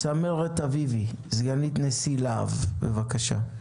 צמרת אביבי, סגנית נשיא לה"ב, בבקשה.